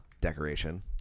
decoration